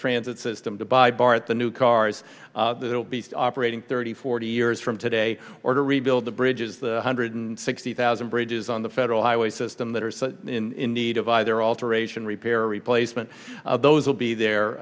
transit system to buy bar at the new cars that obese operating thirty forty years from today or to rebuild the bridges the hundred and sixty thousand bridges on the federal highway system that are in need of either alteration repair or replacement those will be there